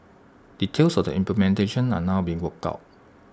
details of the implementation are now being worked out